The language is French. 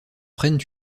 prennent